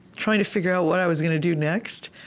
trying to figure out what i was going to do next,